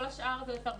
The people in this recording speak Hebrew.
כל השאר זה לתרבות.